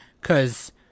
Cause